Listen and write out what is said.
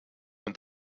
und